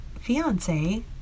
fiance